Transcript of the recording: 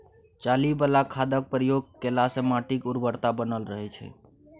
चाली बला खादक प्रयोग केलासँ माटिक उर्वरता बनल रहय छै